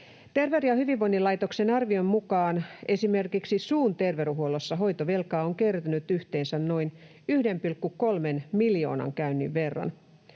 Terveyden ja hyvinvoinnin laitoksen arvion mukaan esimerkiksi suun terveydenhuollossa hoitovelkaa on kertynyt yhteensä noin 1,3 miljoonan käynnin verran.